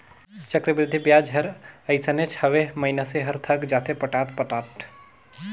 चक्रबृद्धि बियाज हर अइसनेच हवे, मइनसे हर थक जाथे पटात पटात